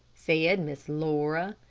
said miss laura.